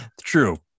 true